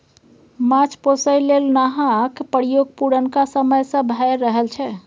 माछ पोसय लेल नाहक प्रयोग पुरनका समय सँ भए रहल छै